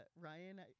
Ryan